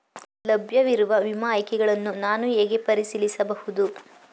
ಲಭ್ಯವಿರುವ ವಿಮಾ ಆಯ್ಕೆಗಳನ್ನು ನಾನು ಹೇಗೆ ಪರಿಶೀಲಿಸಬಹುದು?